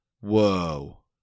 Whoa